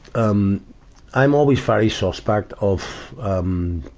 um i'm always very suspect of, um,